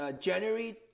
january